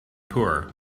poor